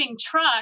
truck